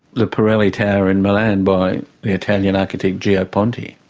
the pirelli tower in milan by the italian architect gio ponti.